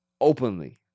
Openly